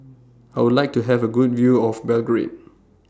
I Would like to Have A Good View of Belgrade